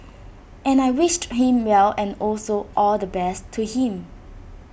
and I wished him well and also all the best to him